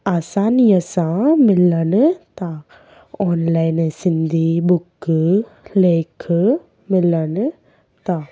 आसानीअ सां मिलनि था ऑनलाइन सिंधी बुक लेख मिलनि था